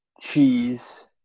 Cheese